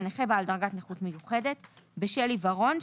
לנכה בעל דרגת נכות מיוחדת בשל עיוורון,